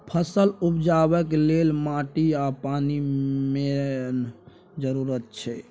फसल उपजेबाक लेल माटि आ पानि मेन जरुरत छै